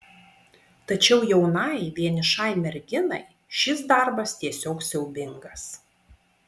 tačiau jaunai vienišai merginai šis darbas tiesiog siaubingas